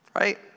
right